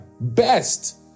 best